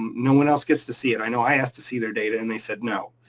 no one else gets to see it. i know i asked to see their data and they said no.